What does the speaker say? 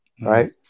right